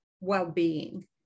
well-being